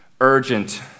urgent